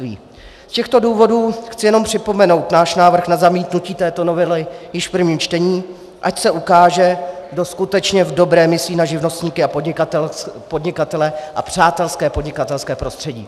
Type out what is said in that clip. Z těchto důvodů chci jenom připomenout náš návrh na zamítnutí této novely již v prvním čtení, ať se ukáže, kdo skutečně v dobrém myslí na živnostníky a podnikatele a přátelské podnikatelské prostředí.